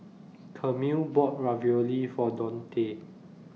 Camille bought Ravioli For Dontae